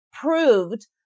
proved